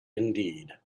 indeed